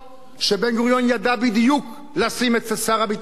כשבן-גוריון ידע בדיוק לשים את שר הביטחון,